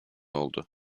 oldu